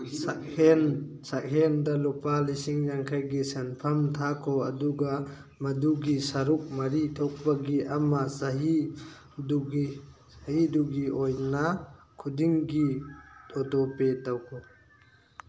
ꯁꯛꯍꯦꯟ ꯁꯛꯍꯦꯟꯗ ꯂꯨꯄꯥ ꯂꯤꯁꯤꯡ ꯌꯥꯡꯈꯩꯒꯤ ꯁꯦꯟꯐꯝ ꯊꯥꯈꯣ ꯑꯗꯨꯒ ꯃꯗꯨꯒꯤ ꯁꯔꯨꯛ ꯃꯔꯤ ꯊꯣꯛꯄꯒꯤ ꯑꯃ ꯆꯍꯤꯗꯨꯒꯤ ꯆꯍꯤꯗꯨꯒꯤ ꯑꯣꯏꯅ ꯈꯨꯗꯤꯡꯒꯤ ꯑꯣꯇꯣꯄꯦ ꯇꯧꯈꯣ